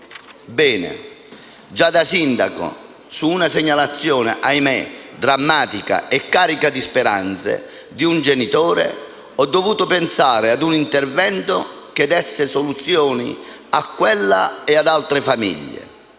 Bene. Già da sindaco, su una segnalazione, ahimè, drammatica e carica di speranze di un genitore, ho dovuto pensare ad un intervento che desse soluzioni a quella e ad altre famiglie.